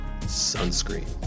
sunscreen